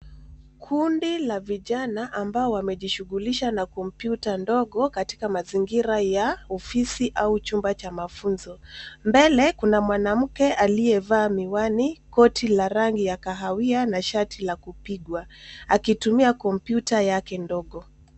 Kundi la vijana ambao wamejishughulisha na kompyuta ndogo katika mazingira ya ofisi au chumba cha mafunzo. Mbele kuna mwanamke aliyevaa miwani, koti la rangi ya kahawia na shati la kupigwa akitumia kompyuta yake ndogo.